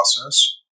process